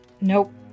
Nope